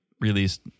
released